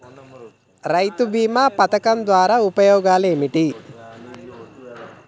రైతు బీమా పథకం ద్వారా ఉపయోగాలు ఏమిటి?